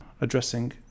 addressing